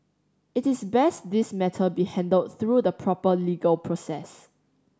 it is best this matter be handled through the proper legal process